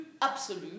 absolu